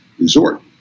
resort